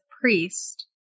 priest